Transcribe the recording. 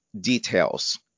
details